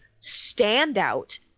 standout